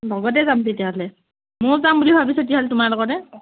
লগতে যাম তেতিয়াহ'লে ময়ো যাম বুলি ভাবিছোঁ তেতিয়াহ'লে তোমাৰ লগতে